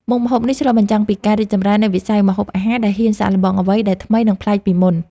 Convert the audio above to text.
មុខម្ហូបនេះឆ្លុះបញ្ចាំងពីការរីកចម្រើននៃវិស័យម្ហូបអាហារដែលហ៊ានសាកល្បងអ្វីដែលថ្មីនិងប្លែកពីមុន។